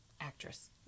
Actress